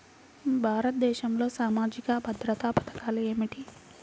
భారతదేశంలో సామాజిక భద్రతా పథకాలు ఏమిటీ?